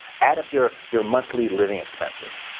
add up your your monthly living expenses.